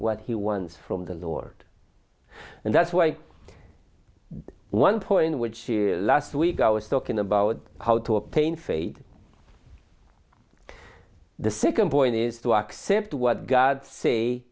what he wants from the lord and that's why one point which is last week i was talking about how to obtain fade the second point is to accept what god say